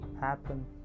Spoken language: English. happen